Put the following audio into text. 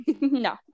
no